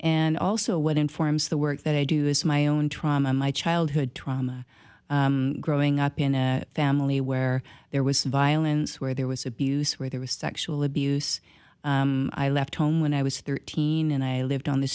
and also what informs the work that i do is my own trauma my childhood trauma growing up in a family where there was violence where there was abuse where there was sexual abuse i left home when i was thirteen and i lived on the